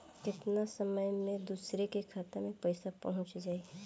केतना समय मं दूसरे के खाता मे पईसा पहुंच जाई?